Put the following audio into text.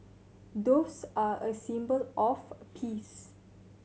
doves are a symbol of peace